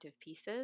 pieces